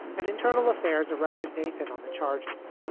and internal affairs arrested david on the charges.